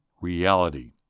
reality